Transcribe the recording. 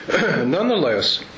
Nonetheless